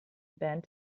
band